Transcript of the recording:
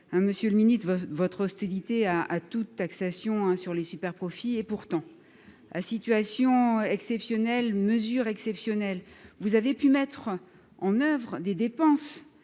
Monsieur le Ministre votre hostilité à à toute taxation sur les superprofits et pourtant, à situation exceptionnelle, mesures exceptionnelles, vous avez pu mettre en oeuvre des dépenses